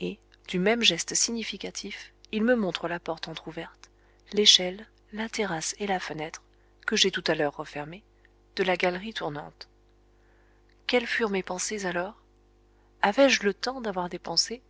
et du même geste significatif il me montre la porte entr'ouverte l'échelle la terrasse et la fenêtre que j'ai tout à l'heure refermée de la galerie tournante quelles furent mes pensées alors avais-je le temps d'avoir des pensées